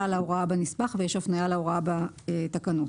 להוראה בנספח ויש הפניה להוראה בתקנות.